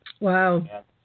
Wow